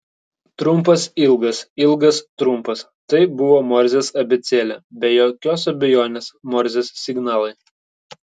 trumpas ilgas ilgas trumpas tai buvo morzės abėcėlė be jokios abejonės morzės signalai